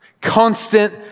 constant